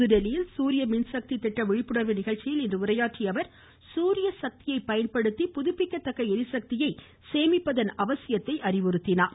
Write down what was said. புதுதில்லியில் சூரிய மின்சக்தி திட்ட விழிப்புணர்வு நிகழ்ச்சியில் இன்று உரையாற்றிய அவர் சசூரிய சக்தியை பயன்படுத்தி புதுப்பிக்கத்தக்க ளிசக்தியை சேமிப்பதன் அவசியத்தை அறிவுறுத்தினார்